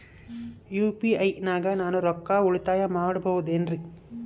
UPI ನಾಗ ನಾನು ರೊಕ್ಕ ಉಳಿತಾಯ ಮಾಡಬಹುದೇನ್ರಿ?